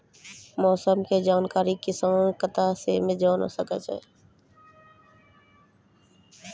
मौसम के जानकारी किसान कता सं जेन सके छै?